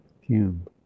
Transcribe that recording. Hume